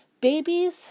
babies